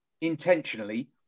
intentionally